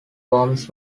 worms